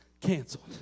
canceled